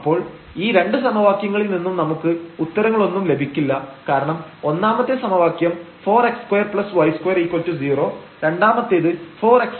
അപ്പോൾ ഈ രണ്ട് സമവാക്യങ്ങളിൽ നിന്നും നമുക്ക് ഉത്തരങ്ങളൊന്നും ലഭിക്കില്ല കാരണം ഒന്നാമത്തെ സമവാക്യം 4 x2y20 രണ്ടാമത്തേത് 4 x2y2¼ ആണ്